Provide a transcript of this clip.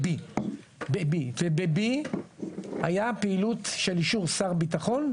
היה פעילות של אישור שר ביטחון,